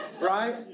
right